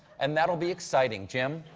and that will be exciting. jim?